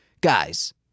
guys